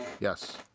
Yes